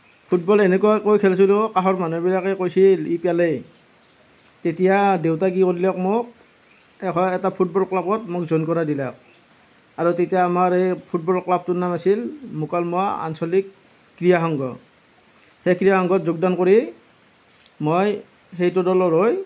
football এনেকুৱাকৈ খেলিছিলোঁ কাষৰ মানুহবিলাকে কৈছিল ই পেলাই তেতিয়া দেউতাই কি কৰিলে মোক এখন এটা ফুটবল ক্লাবত মোক জইন কৰাই দিলে আৰু তেতিয়া আমাৰ এই ফুটবল ক্লাবটোৰ নাম আছিল মুকালমুৱা আঞ্চলিক ক্ৰীড়া সংঘ সেই ক্ৰীড়া সংঘত যোগদান কৰি মই সেইটো দলৰ হৈ